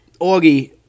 Augie